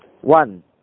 one